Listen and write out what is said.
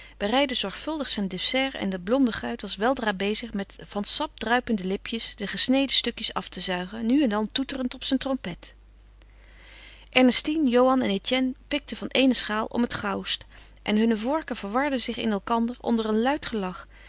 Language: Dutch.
bereidde zorgvuldig zijn dessert en de blonde guit was weldra bezig met van sap druipende lipjes de gesneden stukjes af te zuigen nu en dan toeterend op zijn trompet ernestine johan en etienne pikten van ééne schaal om het gauwst en hunne vorken verwarden zich in elkander onder een luid gelach